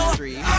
three